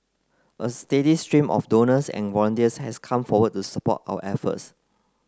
a steady stream of donors and volunteers has come forward to support our efforts